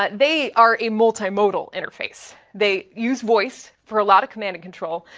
ah they are a multimodal interface. they use voice for a lot of command and control.